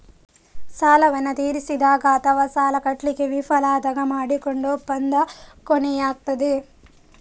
ಸಾಲವನ್ನ ತೀರಿಸಿದಾಗ ಅಥವಾ ಸಾಲ ಕಟ್ಲಿಕ್ಕೆ ವಿಫಲ ಆದಾಗ ಮಾಡಿಕೊಂಡ ಒಪ್ಪಂದ ಕೊನೆಯಾಗ್ತದೆ